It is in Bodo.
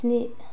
स्नि